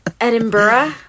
Edinburgh